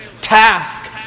task